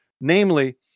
Namely